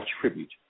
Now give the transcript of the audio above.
tribute